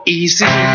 easy